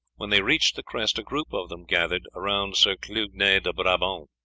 when they reached the crest a group of them gathered around sir clugnet de brabant.